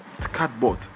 cardboard